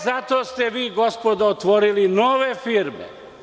Zato ste vi, gospodo, otvorili nove firme.